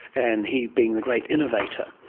and he being the great innovator,